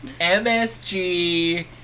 MSG